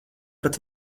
pat